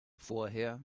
vorher